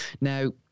Now